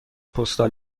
پستال